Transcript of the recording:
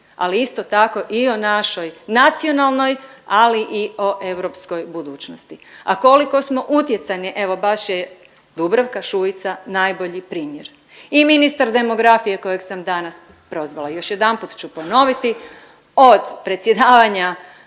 ali isto tako i o našoj nacionalnoj ali i o europskoj budućnosti. A koliko smo utjecajni evo baš je Dubravka Šuica najbolji primjer i ministar demografije kojeg sam danas prozvala. Još jedanput ću ponoviti od predsjedavanja